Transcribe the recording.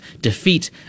defeat